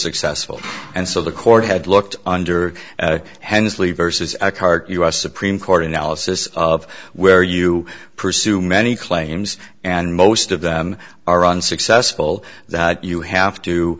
successful and so the court had looked under hensley vs eckhardt u s supreme court analysis of where you pursue many claims and most of them are unsuccessful that you have to